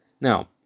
Now